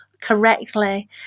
correctly